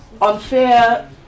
unfair